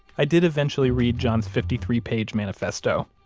i did eventually read john's fifty three page manifesto.